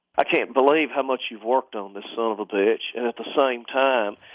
i can't believe how much you've worked on this son of a bitch, and at the same time